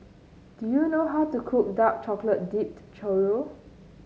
do you know how to cook Dark Chocolate Dipped Churro